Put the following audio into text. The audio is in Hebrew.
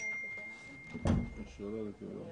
בהמשך.